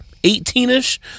18-ish